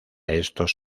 estos